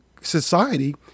society